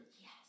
Yes